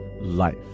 life